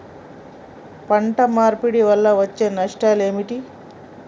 పంట మార్పిడి వల్ల వచ్చే నష్టాలు ఏమిటి?